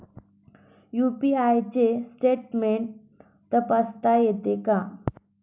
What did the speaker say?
UPI चे statement तपासता येते का?